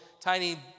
tiny